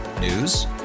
News